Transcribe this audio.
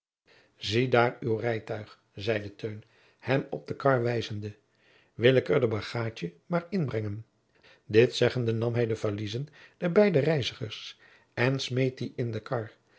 ziedaôr uw rijtuig zeide teun hem op de kar wijzende wil ik er de bagaadje maar inbrengen dit zeggende nam hij de valiezen der beide reizigers en smeet die in den kar